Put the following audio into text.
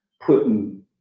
putting